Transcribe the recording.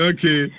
Okay